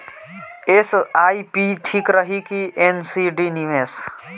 SIP ठीक रही कि एन.सी.डी निवेश?